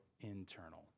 internal